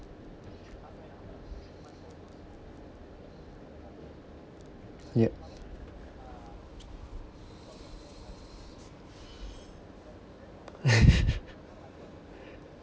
yup